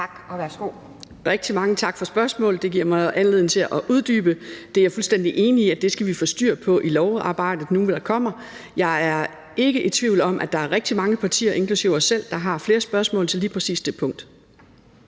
Tak. Og værsgo.